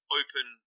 open